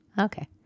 okay